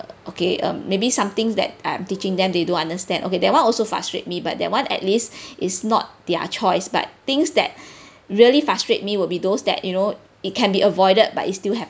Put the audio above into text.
okay um maybe somethings that I'm teaching them they don't understand okay that [one] also frustrate me but that [one] at least is not their choice but things that really frustrate me will be those that you know it can be avoided but it still happen